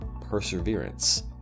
perseverance